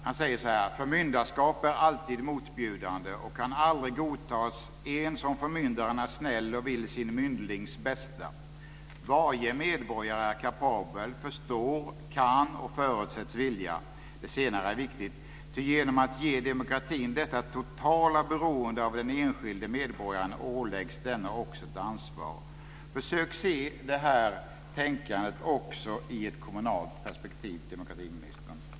Han säger följande: "Förmyndarskap är alltid motbjudande och kan aldrig godtas ens om förmyndaren är snäll och vill sin myndlings bästa. Varje medborgare är kapabel, förstår, kan - och förutsätts vilja. Det senare är viktigt - ty genom att ge demokratin detta totala beroende av den enskilde medborgaren åläggs denne också ett ansvar." Försök se detta tänkande också i ett kommunalt perspektiv, demokratiministern.